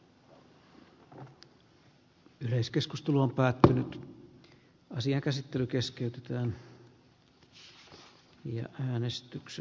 tässä ei semmoista palkintaa kyllä ole